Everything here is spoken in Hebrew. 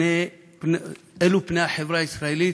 אלו פני החברה הישראלית,